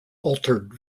altered